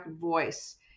voice